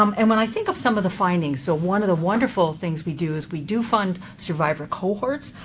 um and when i think of some of the findings, so one of the wonderful things we do is we do fund survivor cohorts.